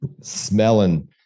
smelling